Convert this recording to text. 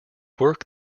work